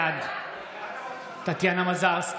סימון מושיאשוילי, בעד טטיאנה מזרסקי,